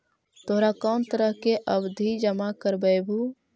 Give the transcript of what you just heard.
तोहरा कौन तरह के आवधि जमा करवइबू